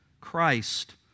Christ